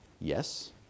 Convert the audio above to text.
yes